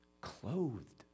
clothed